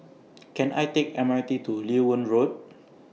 Can I Take M R T to Loewen Road